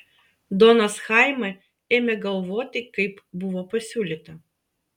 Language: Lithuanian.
donas chaime ėmė galvoti kaip buvo pasiūlyta